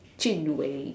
Jun-Wei